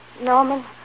Norman